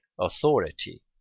authority